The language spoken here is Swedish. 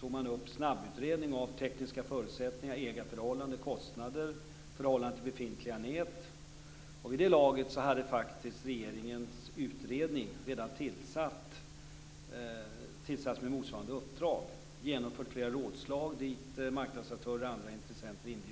man tagit upp sådant som gäller snabbutredning av tekniska förutsättningar, ägarförhållanden, kostnader och förhållandet till befintliga nät. Men vid det laget hade faktiskt regeringens utredning redan tillsatts, med motsvarande uppdrag. Flera rådslag har genomförts dit marknadsaktörer och andra intressenter inbjudits.